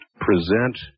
present